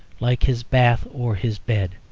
like his bath or his bed.